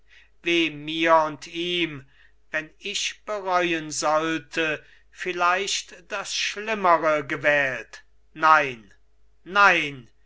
mir und ihm wenn ich bereuen sollte vielleicht das schlimmere gewählt nein nein